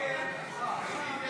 הסתייגות 1